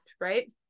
right